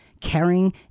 caring